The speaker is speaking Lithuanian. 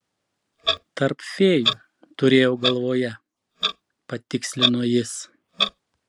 tarp fėjų turėjau galvoje patikslino jis